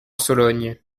sologne